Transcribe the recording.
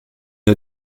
une